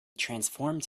transformed